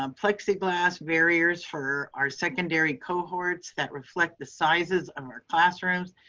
um plexiglass barriers for our secondary cohorts that reflect the sizes of our classrooms,